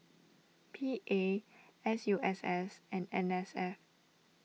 P A S U S S and N S F